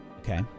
Okay